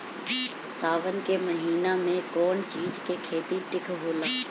सावन के महिना मे कौन चिज के खेती ठिक होला?